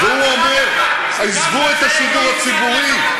והוא אומר: עזבו את השידור הציבורי.